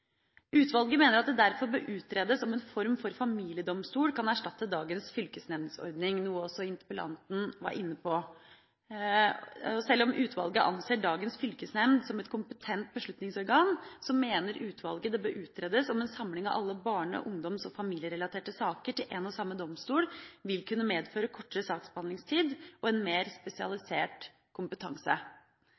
Utvalget mener at det derfor bør utredes om en form for familiedomstol kan erstatte dagens fylkesnemndordning – noe som også interpellanten var inne på. Selv om utvalget anser dagens fylkesnemnd som et kompetent beslutningsorgan, mener utvalget at det bør utredes om en samling av alle barne-, ungdoms- og familierelaterte saker til en og samme domstol vil kunne medføre kortere saksbehandlingstid og en mer spesialisert kompetanse.